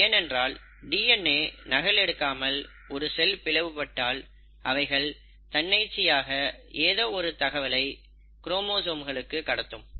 ஏனென்றால் டிஎன்ஏ நகலெடுக்காமல் ஒரு செல் பிளவு பட்டால் அவைகள் தன்னிச்சையாக ஏதோ ஒரு தகவலை குரோமோசோம்களுக்கு கடத்தும்